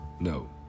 No